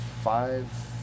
five